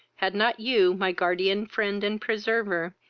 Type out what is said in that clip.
had not you, my guardian friend and preserver,